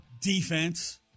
Defense